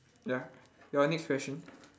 ya your next question